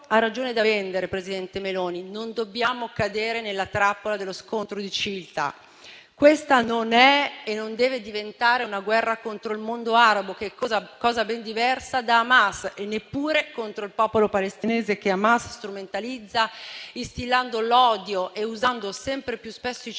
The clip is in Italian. Meloni, quando dice che non dobbiamo cadere nella trappola dello scontro di civiltà. Questa non è e non deve diventare una guerra contro il mondo arabo, che è una cosa ben diversa da Hamas, e neppure contro il popolo palestinese, che Hamas strumentalizza instillando l'odio e usando sempre più spesso i civili